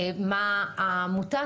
ליאור.